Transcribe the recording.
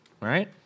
right